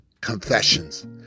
Confessions